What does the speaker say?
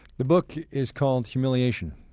the book is called humiliation,